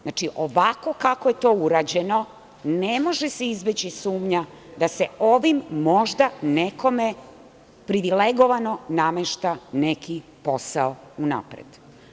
Znači, ovako kako je to urađeno, ne može se izbeći sumnja, da se ovim možda nekome privilegovano namešta neki posao unapred.